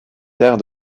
terres